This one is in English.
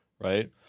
right